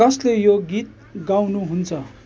कसले यो गीत गाउनुहुन्छ